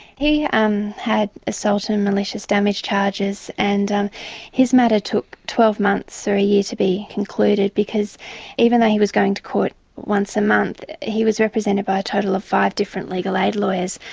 he um had assault and malicious damage charges and and his matter took twelve months or a year to be concluded because even though he was going to court once a month, he was represented by a total of five different legal aid lawyers.